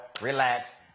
relax